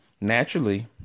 naturally